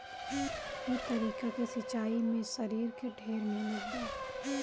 ई तरीका के सिंचाई में शरीर के ढेर मेहनत बा